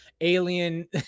alien